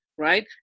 Right